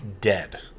dead